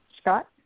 Scott